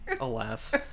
Alas